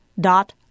dot